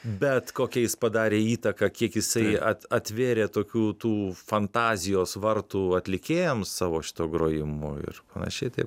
bet kokią jis padarė įtaką kiek jisai at atvėrė tokių tų fantazijos vartų atlikėjams savo šituo grojimu ir panašiai tai